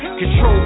control